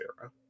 era